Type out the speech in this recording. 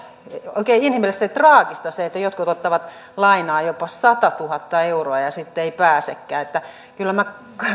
oikein inhimillisesti traagista se että jotkut ottavat lainaa jopa satatuhatta euroa ja sitten eivät pääsekään että kyllä minä